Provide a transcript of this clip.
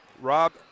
Rob